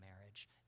marriage